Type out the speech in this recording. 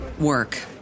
work